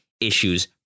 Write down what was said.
issues